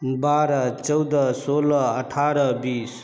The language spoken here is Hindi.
बारह चौदह सोलह अठारह बीस